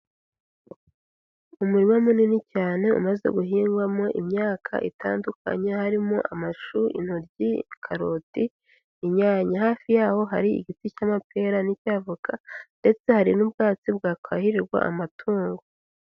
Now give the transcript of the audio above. Umurima munini cyane, umaze guhingwamo imyaka itandukanye, harimo amashu, intoryi, karoti, inyanya. Hafi yaho hari igiti cy'amapera n'icyavoka, ndetse hari n'ubwatsi bwakahirirwa amatungo.